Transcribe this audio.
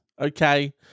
Okay